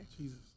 Jesus